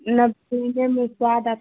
ना पीने में स्वाद आता है